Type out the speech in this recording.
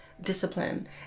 discipline